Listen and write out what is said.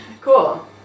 Cool